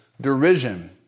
derision